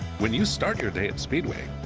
when you start your day at speedway,